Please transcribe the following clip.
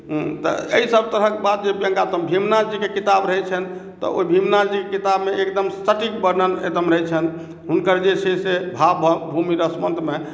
तऽ एहिसभ तरहक बात जे व्यङ्गात्मक भीमनाथजीके किताब रहैत छनि तऽ ओ भीमनाथ जीके किताबमे एकदम सटीक वर्णन एकदम रहैत छनि हुनकर जे छै से भाव भूमि रसबन्धमे